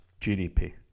GDP